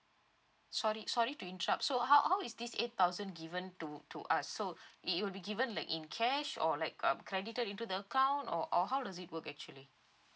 sorry sorry to interrupt so how how is this eight thousand given to to us so it it will be given like in cash or like um credited into the account or or how does it work actually